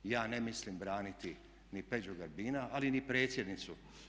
Ja ne mislim braniti ni Peđu Grbina, ali ni predsjednicu.